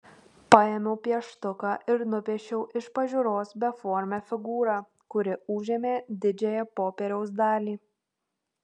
paėmiau pieštuką ir nupiešiau iš pažiūros beformę figūrą kuri užėmė didžiąją popieriaus dalį